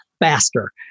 faster